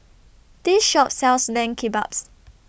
This Shop sells Lamb Kebabs